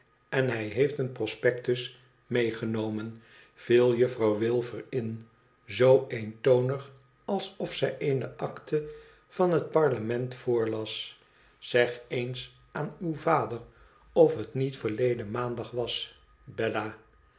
en hij heeft een prospectus meegenomen viel juffrouw wilfer in zoo eentonig alsof zij eene akte van het parlement voorlas zeg eens aan uw vader of het niet verleden maandag was bella